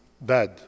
bad